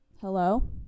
hello